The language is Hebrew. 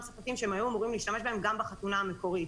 ספקים שהם היו אמורים להשתמש בהם גם בחתונה המקורית.